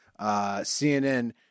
CNN